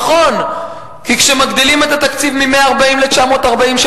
נכון, כי כשמגדילים את התקציב של הכוללים